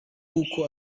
kuko